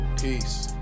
peace